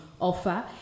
offer